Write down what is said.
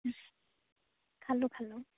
খালোঁ খালোঁ